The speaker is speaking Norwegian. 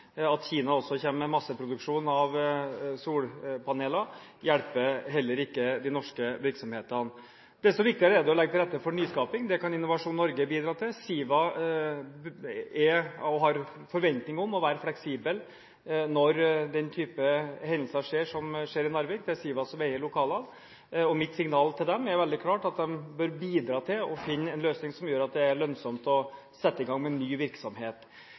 At Kina også kommer med masseproduksjon av solpaneler, hjelper heller ikke de norske virksomhetene. Desto viktigere er det å legge til rette for nyskaping. Det kan Innovasjon Norge bidra til. SIVA er – og har forventning om å være – fleksibel når den type hendelser skjer som skjer i Narvik. Det er SIVA som eier lokalene. Mitt signal til dem er veldig klart: De bør bidra til å finne en løsning som gjør at det er lønnsomt å sette i gang med ny virksomhet.